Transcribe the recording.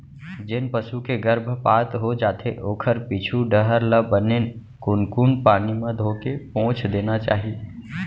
जेन पसू के गरभपात हो जाथे ओखर पीछू डहर ल बने कुनकुन पानी म धोके पोंछ देना चाही